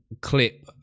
clip